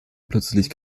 plötzlich